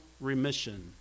remission